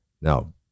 now